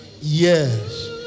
yes